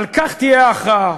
על כך תהיה ההכרעה: